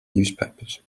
newspapers